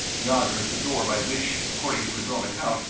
yonder is the door by which, according to his own account,